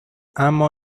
اما